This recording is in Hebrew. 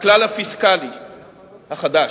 הכלל הפיסקלי החדש.